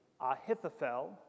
Ahithophel